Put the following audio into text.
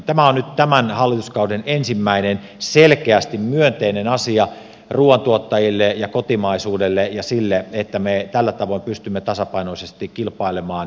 tämä on nyt tämän hallituskauden ensimmäinen selkeästi myönteinen asia ruuantuottajille ja kotimaisuudelle ja sille että me tällä tavoin pystymme tasapainoisesti kilpailemaan tuonnin kanssa